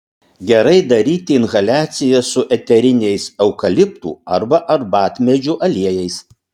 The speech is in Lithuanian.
gerai daryti inhaliacijas su eteriniais eukaliptų arba arbatmedžių aliejais